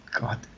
God